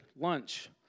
lunch